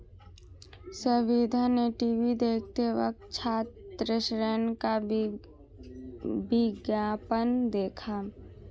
सविता ने टीवी देखते वक्त छात्र ऋण का विज्ञापन देखा